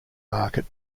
market